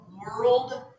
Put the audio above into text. world